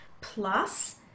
plus